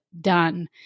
done